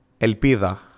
Elpida